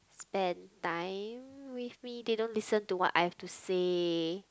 spend time with me they don't listen to what I have to say